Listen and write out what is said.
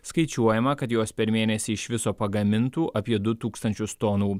skaičiuojama kad jos per mėnesį iš viso pagamintų apie du tūkstančius tonų